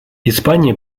испания